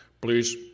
Please